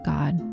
God